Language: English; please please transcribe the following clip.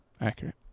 Accurate